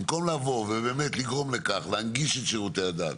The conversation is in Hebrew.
במקום לבוא, להנגיש את שירותי הדת,